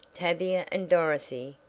tavia and dorothy,